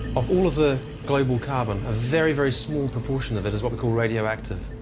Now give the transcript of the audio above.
of all of the global carbon, a very, very small proportion of it is what we call radioactive.